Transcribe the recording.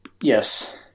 Yes